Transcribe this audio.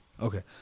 Okay